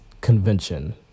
convention